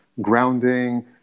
grounding